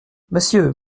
monsieur